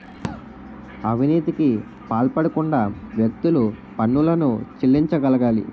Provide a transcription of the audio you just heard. అవినీతికి పాల్పడకుండా వ్యక్తులు పన్నులను చెల్లించగలగాలి